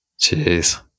Jeez